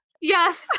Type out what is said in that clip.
Yes